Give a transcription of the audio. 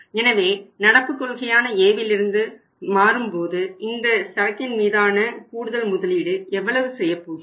எனவே நடப்பு கொள்கையான Aலிருந்து மாறும்போது இந்த சரக்கின் மீதான கூடுதல் முதலீடு எவ்வளவு செய்யப்போகிறோம்